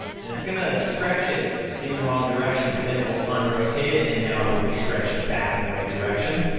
and it's gonna stretch it in the wrong direction, but then it will un-rotate it, and now it will be stretched back in the right direction,